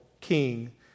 king